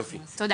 תודה.